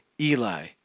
Eli